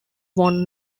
won